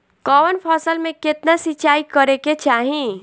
कवन फसल में केतना सिंचाई करेके चाही?